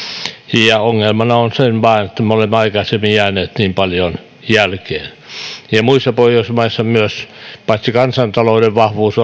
ja ongelmana on vain se että me olemme aikaisemmin jääneet niin paljon jälkeen muissa pohjoismaissa paitsi kansantalouden vahvuus